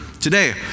today